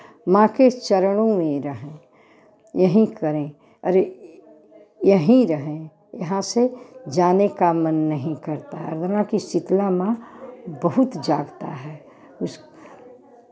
माँ के चरणों में रहें यहीं करें और यहीं रहें यहाँ से जाने का मन नहीं करता है अर्दला की शीतला माँ बहुत जागता है उस